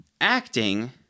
Acting